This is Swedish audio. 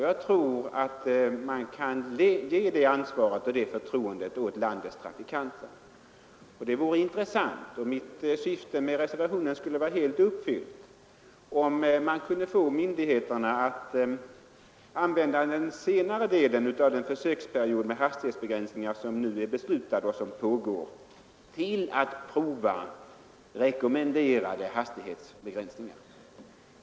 Jag tror att man kan ge det ansvaret och det förtroendet åt landets trafikanter. Det vore intressant — och mitt syfte med reservationen skulle vara helt uppfyllt — om man kunde få myndigheterna att använda den senare delen av den försöksperiod med hastighetsbegränsningar som nu är beslutad och pågår till att prova rekommenderade hastighetsbegränsningar.